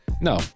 No